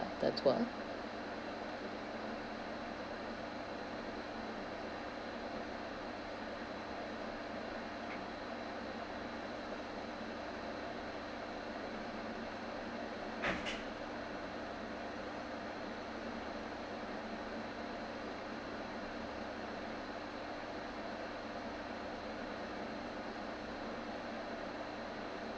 the tour